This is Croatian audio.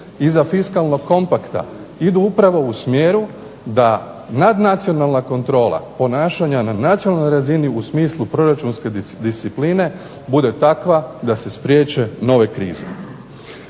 i za fiskalnog kompakta idu upravo u smjeru da nadnacionalna kontrola ponašanja na nacionalnoj razini u smislu proračunske discipline bude takva da se spriječe nove krize.